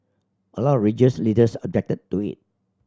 a lot of religious leaders objected to it